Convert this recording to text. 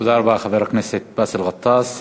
תודה רבה, חבר הכנסת באסל גטאס.